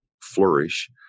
flourish